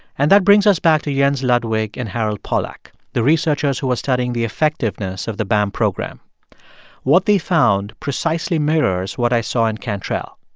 and that brings us back to jens ludwig and harold pollack, the researchers who are studying the effectiveness of the bam program what they found precisely mirrors what i saw in cantrell.